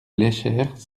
léchère